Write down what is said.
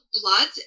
Blood